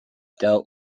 dealt